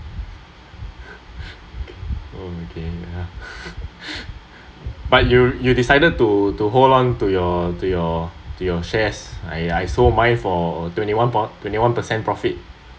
oh okay but you you decided to hold on to your to your to your shares I I sold mine for twenty one pro~ twenty one percent profit